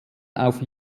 auf